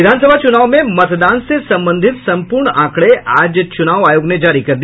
विधानसभा चूनाव में मतदान से संबंधित संपूर्ण आंकड़े आज चूनाव आयोग ने जारी कर दिया